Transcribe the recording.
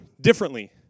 differently